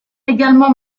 également